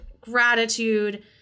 gratitude